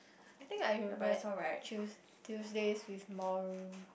I think I read Tues~ Tuesdays with Mor~